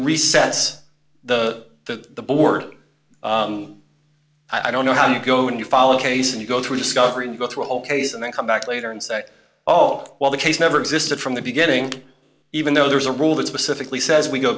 recess the the board i don't know how you go and you follow the case and you go through discovery and go through ok's and then come back later and say oh well the case never existed from the beginning even though there is a rule that specifically says we go